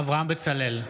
אברהם בצלאל,